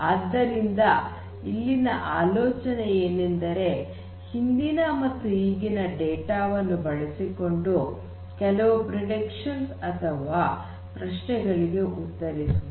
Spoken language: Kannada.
ಆದ್ದರಿಂದ ಇಲ್ಲಿನ ಆಲೋಚನೆ ಏನೆಂದರೆ ಹಿಂದಿನ ಮತ್ತು ಈಗಿನ ಡೇಟಾ ವನ್ನು ಬಳಸಿಕೊಂಡು ಕೆಲವು ಪ್ರೆಡಿಕ್ಷನ್ಸ್ ಅಥವಾ ಕೆಲವು ಪ್ರಶ್ನೆಗಳಿಗೆ ಉತ್ತರಿಸುವುದು